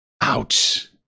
ouch